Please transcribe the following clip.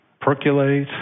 percolate